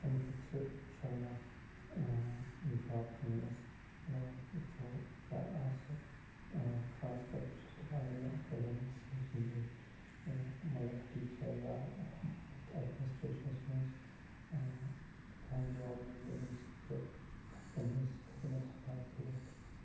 أمۍ پتہٕ چھِ اِنشاءاللہ جاب کرنَس اِرادٕ وُچھَو کیٛاہ آسہِ خاص کر بہٕ چھُس دپان اگر مےٚ اٮ۪کَڈٕمِکٕس منٛز مِلے یا مطلب ٹیٖچَر یا یَتھ ایٚڈمِنَٹریشَنس منٛز کانٛہہ جاب مِلہِ ہے ییٚمہِ سۭتۍ بہٕ خلقَن ۂنٛز خدمت ہیٚکہٕ ہہ کٔرِتھ